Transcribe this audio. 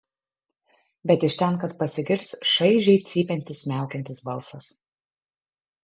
bet iš ten kad pasigirs šaižiai cypiantis miaukiantis balsas